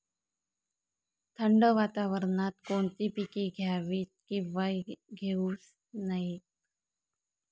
थंड वातावरणात कोणती पिके घ्यावीत? किंवा घेऊ नयेत?